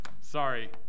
Sorry